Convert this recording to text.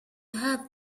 have